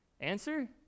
Answer